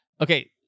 okay